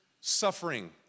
suffering